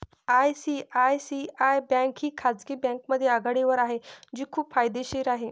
ICICI bank ही खाजगी बँकांमध्ये आघाडीवर आहे जी खूप फायदेशीर आहे